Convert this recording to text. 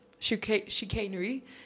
Chicanery